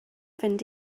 fynd